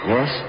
Yes